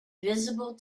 visible